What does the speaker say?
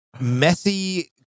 messy